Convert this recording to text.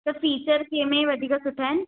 त फीचर कंहिंमें वधीक सुठा आहिनि